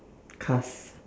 cars